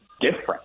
different